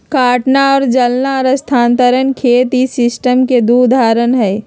काटना और जलाना और स्थानांतरण खेत इस सिस्टम के दु उदाहरण हई